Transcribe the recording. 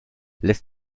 lässt